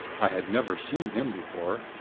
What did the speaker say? i had never seen him before.